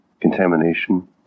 contamination